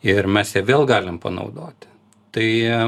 ir mes ją vėl galim panaudoti tai